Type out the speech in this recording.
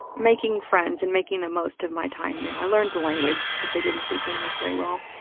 making friends and making the most of my time there. i learned the language because they didn't speak english very well.